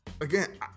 Again